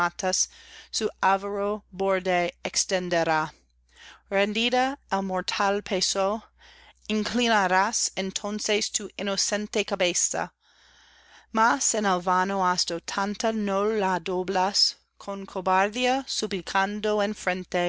borde extenderá rendida al mortal peso inclinarás entonces tu inocente cabeza mas en vano hasta tanto no la doblas con cobardía suplicando